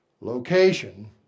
Location